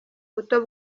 buto